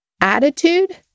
Attitude